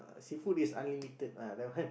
uh seafood is unlimited ah that one